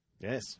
Yes